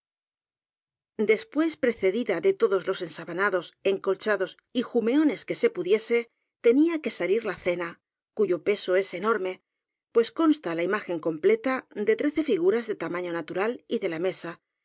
después precedida de todos los ensabanados encolchados y jumeones que se pudiese tenía que salir la cena cuyo peso es enorme pues consta la imagen completa de trece figuras de tamaño natu ral y de la mesa